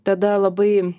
tada labai